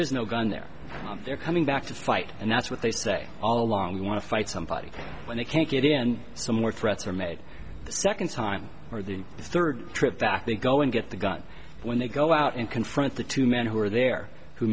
is no gun there they're coming back to fight and that's what they say all along you want to fight somebody when they can't get in some more threats are made the second time or the third trip back they go and get the gun when they go out and confront the two men who are there who